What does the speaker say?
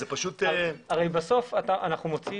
אנחנו אומרים